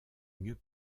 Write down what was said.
mieux